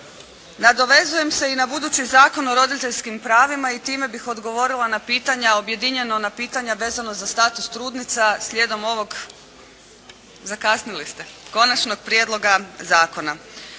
Nadovezujem se i na budući Zakon o roditeljskim pravima i time bih odgovorila na pitanja, objedinjeno na pitanja vezano za status trudnica slijedom ovog, zakasnili ste, konačnog prijedloga zakona.